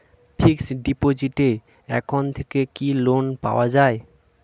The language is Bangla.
ফিক্স ডিপোজিটের এখান থেকে কি লোন পাওয়া যায়?